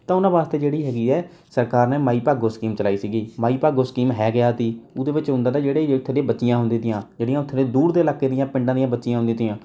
ਤਾਂ ਉਹਨਾਂ ਵਾਸਤੇ ਜਿਹੜੀ ਹੈਗੀ ਹੈ ਸਰਕਾਰ ਨੇ ਮਾਈ ਭਾਗੋ ਸਕੀਮ ਚਲਾਈ ਸੀਗੀ ਮਾਈ ਭਾਗੋ ਸਕੀਮ ਹੈ ਕਿਆ ਤੀ ਉਹਦੇ ਵਿੱਚ ਹੁੰਦਾ ਤਾ ਜਿਹੜੇ ਉੱਥੇ ਦੇ ਬੱਚੀਆਂ ਹੁੰਦੀਆਂ ਤੀਆ ਜਿਹੜੀਆਂ ਉੱਥੇ ਦੇ ਦੂਰ ਦੇ ਇਲਾਕੇ ਦੀਆਂ ਪਿੰਡਾਂ ਦੀਆਂ ਬੱਚੀਆਂ ਹੁੰਦੀਆਂ ਤੀਆਂ